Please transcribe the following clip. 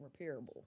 repairable